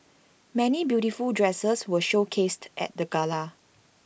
many beautiful dresses were showcased at the gala